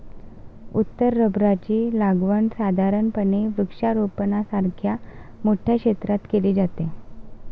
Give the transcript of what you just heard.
उत्तर रबराची लागवड साधारणपणे वृक्षारोपणासारख्या मोठ्या क्षेत्रात केली जाते